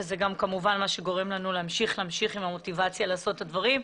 וזה גם כמובן מה שגורם לנו להמשיך עם המוטיבציה לעשות את הדברים.